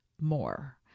more